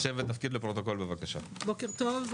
בוקר טוב.